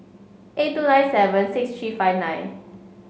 eight two nine seven six three five nine